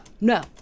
no